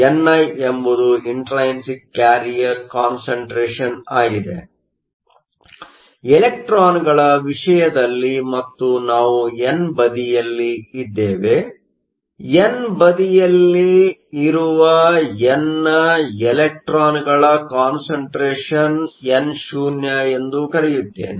NI ಎಂಬುದು intrinsic carrier concentration carrier concentration ಆಗಿದೆ ಇಲೆಕ್ಟ್ರಾನ್ಗಳ ವಿಷಯದಲ್ಲಿ ಮತ್ತು ನಾವು ಎನ್ ಬದಿಯಲ್ಲಿದ್ದೇವೆ ಎನ್ ಬದಿಯಲ್ಲಿರುವ ಎನ್ನ ಇಲೆಕ್ಟ್ರಾನ್Electronಗಳ ಕಾನ್ಸಂಟ್ರೇಷನ್Concentration no ಎಂದು ಕರೆಯತ್ತೇನೆ